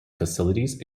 facilities